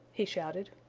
he shouted.